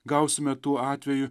gausime tuo atveju